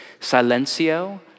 silencio